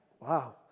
Wow